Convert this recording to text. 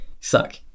suck